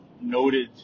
noted